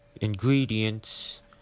ingredients